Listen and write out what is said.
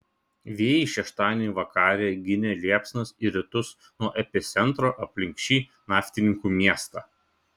vėjai šeštadienį vakarė ginė liepsnas į rytus nuo epicentro aplink šį naftininkų miestą